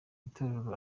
itorero